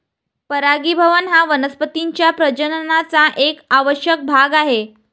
परागीभवन हा वनस्पतीं च्या प्रजननाचा एक आवश्यक भाग आहे